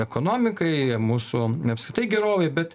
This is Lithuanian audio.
ekonomikai mūsų apskritai gerovei bet